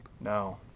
no